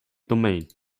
domain